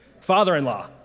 Father-in-law